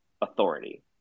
authority